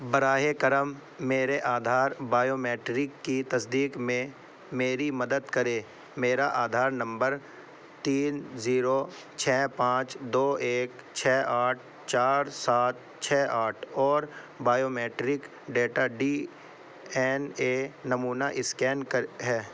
براہ کرم میرے آدھار بائیومیٹرک کی تصدیق میں میری مدد کرے میرا آدھار نمبر تین زیرو چھ پانچ دو ایک چھ آٹھ چار سات چھ آٹھ اور biometric data D N A نمونہ اسکین کر ہے